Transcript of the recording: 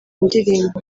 indirimbo